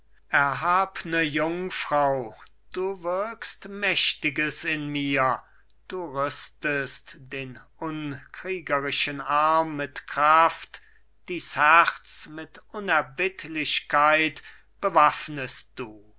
erhabne jungfrau du wirkst mächtiges in mir du rüstest den unkriegerischen arm mit kraft dies herz mit unerbittlichkeit bewaffnest du